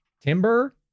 timber